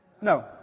No